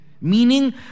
Meaning